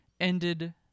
ended